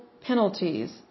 penalties